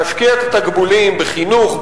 להשקיע את התקבולים בחינוך,